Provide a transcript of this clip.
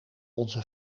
onze